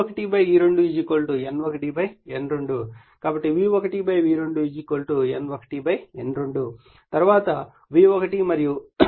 తరువాత V1 మరియు E1 ల మధ్య సంబంధాన్ని ఇక్కడ చూస్తారు